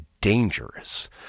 dangerous